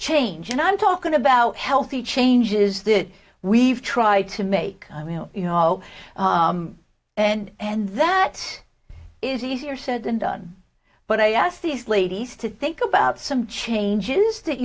change and i'm talking about healthy changes that we've tried to make you know and that is easier said than done but i asked these ladies to think about some changes that